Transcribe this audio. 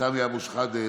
סמי אבו שחאדה,